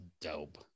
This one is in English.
dope